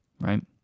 right